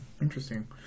Interesting